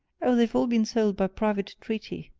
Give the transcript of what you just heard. oh, they've all been sold by private treaty,